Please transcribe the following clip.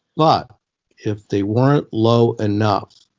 but if they weren't low enough,